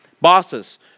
Bosses